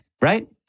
Right